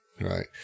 Right